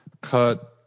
cut